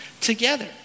together